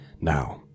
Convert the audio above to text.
Now